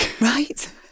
Right